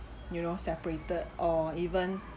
you know separated or even